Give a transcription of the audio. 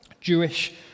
Jewish